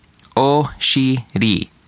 oshiri